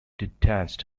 detached